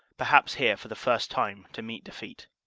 perhaps here for the first time to meet defeat.